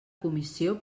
comissió